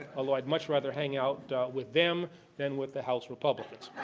although, i would much rather hang out with them then with the house republicans.